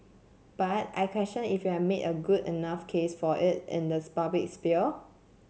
but I question if you've made a good enough case for it in the public sphere